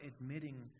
admitting